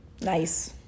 Nice